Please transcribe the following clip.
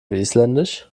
isländisch